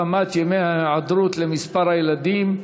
התאמת ימי ההיעדרות למספר הילדים),